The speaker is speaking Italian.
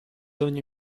ogni